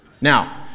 Now